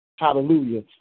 Hallelujah